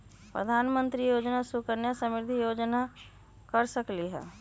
प्रधानमंत्री योजना सुकन्या समृद्धि योजना कर सकलीहल?